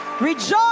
rejoice